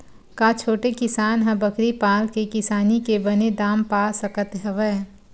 का छोटे किसान ह बकरी पाल के किसानी के बने दाम पा सकत हवय?